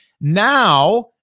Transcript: Now